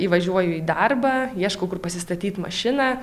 įvažiuoju į darbą ieškau kur pasistatyt mašiną